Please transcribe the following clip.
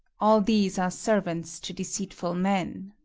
all these are servants to deceitful men.